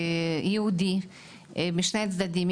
יהודי משני הצדדים,